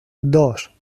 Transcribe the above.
dos